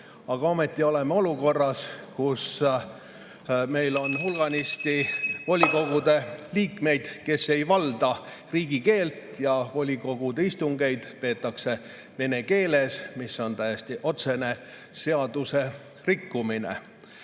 Ometi oleme olukorras, kus meil on hulganisti volikogude liikmeid, kes ei valda riigikeelt, ja volikogude istungeid peetakse vene keeles, mis on täiesti otsene seadusrikkumine.